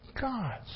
God's